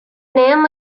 name